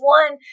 one